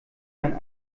man